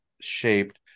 shaped